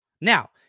Now